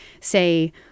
say